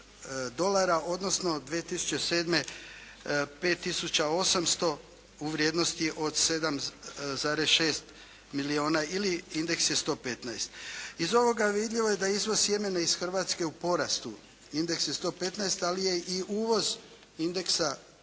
odnosno 2007. 5 tisuća 800 u vrijednosti od 7,6 milijuna ili indeks je 115. Iz ovoga je vidljivo da je izvoz sjemena iz Hrvatske u porastu, indeks je 115 ali je i uvoz indeksa